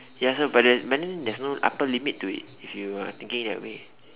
ya so but there but then there's no upper limit to it if you are thinking that way